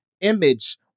image